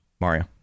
Mario